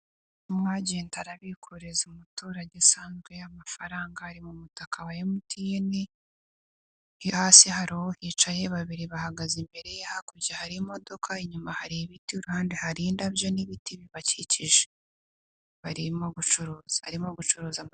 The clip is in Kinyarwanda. Umwagenti arabikuriza umuturage usanzwe amafaranga ari mu mutaka wa emutiyeni yo hasi hari uwuhicaye babiri bahagaze imbere ye hakurya hari imodoka inyuma hari ibiti iruhande hari indabyo n'ibiti bibakikije, barimo gucuruza. Barimo gucuruza ama...